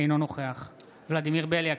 אינו נוכח ולדימיר בליאק,